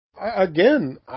Again